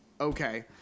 Okay